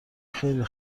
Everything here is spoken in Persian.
خیلی